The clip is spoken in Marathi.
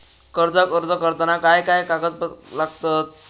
कर्जाक अर्ज करताना काय काय कागद लागतत?